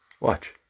Watch